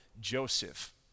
Joseph